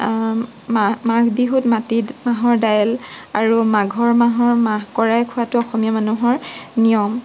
মাঘ বিহুত মাটি মাহৰ দাইল আৰু মাঘৰ মাহৰ মাহ কৰাই খোৱাতো অসমীয়া মানুহৰ নিয়ম